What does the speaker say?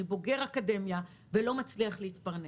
אני בוגר אקדמיה ולא מצליח להתפרנס.